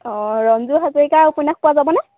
অঁ ৰঞ্জু হাজৰিকাৰ উপনাস পোৱা যাবনে